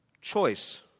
Choice